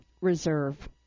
Reserve